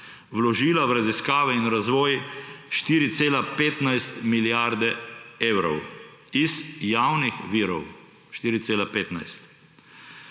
vložila v raziskave in razvoj 4,15 milijarde evrov iz javnih virov.